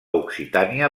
occitània